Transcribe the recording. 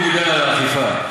הוא דיבר על האכיפה.